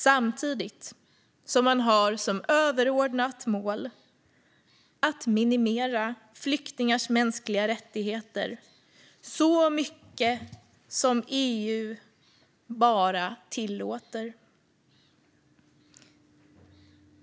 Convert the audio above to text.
Samtidigt har den som överordnat mål att minimera flyktingars mänskliga rättigheter så mycket som EU tillåter.